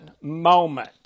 moment